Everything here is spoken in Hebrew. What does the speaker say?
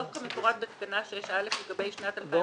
דוח כמפורט בתקנה 6(א) לגבי שנת 2018,